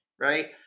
Right